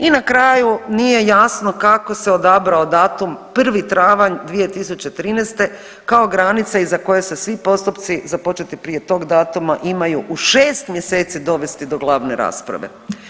I na kraju nije jasno kako se odabrao datum 1. travanj 2013. kao granica iza koje se svi postupci započeti prije tog datuma imaju u šest mjeseci dovesti do glavne rasprave.